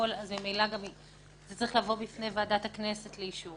זה צריך לבוא בפני ועדת כנסת לאישור